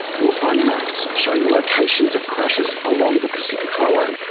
you'll find maps showing the locations of crashes along the pacific highway,